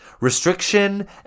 Restriction